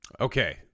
Okay